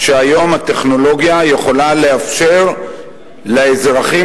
היום הטכנולוגיה יכולה לאפשר לאזרחים